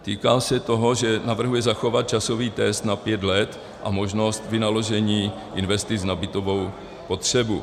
Týká se toho, že navrhuje zachovat časový test na pět let a možnost vynaložení investic na bytovou potřebu.